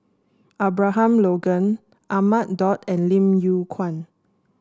Abraham Logan Ahmad Daud and Lim Yew Kuan